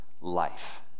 life